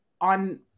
on